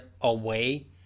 away